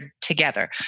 together